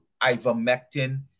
ivermectin